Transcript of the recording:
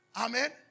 Amen